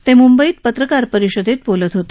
ते मुंबईत पत्रकार परिषदेत बोलत होते